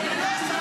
--- חברי הכנסת,